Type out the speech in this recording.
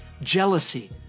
jealousy